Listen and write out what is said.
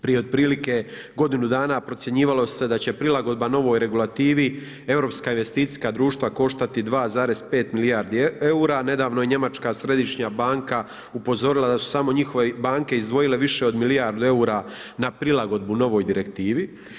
Prije otprilike godinu dana procjenjivalo se da će prilagodba novoj regulativi europska investicijska društva koštati 2,5 milijardi eura, nedavno je Njemačka središnja banka upozorila da su samo njihove banke izdvojile više od milijardu eura na prilagodbu novoj direktivi.